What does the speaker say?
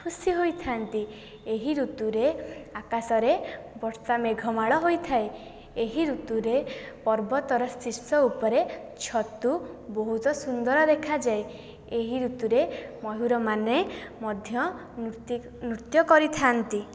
ଖୁସି ହୋଇଥାନ୍ତି ଏହି ଋତୁରେ ଆକାଶରେ ବର୍ଷା ମେଘମାଳ ହୋଇଥାଏ ଏହି ଋତୁରେ ପର୍ବତର ଶୀର୍ଷ ଉପରେ ଛତୁ ବହୁତ ସୁନ୍ଦର ଦେଖାଯାଏ ଏହି ଋତୁରେ ମୟୁରମାନେ ମଧ୍ୟ ନୃତ୍ୟ କରିଥାନ୍ତି